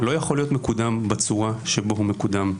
לא יכול להיות מקודם בצורה שבה הוא מקודם,